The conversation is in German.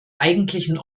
eigentlichen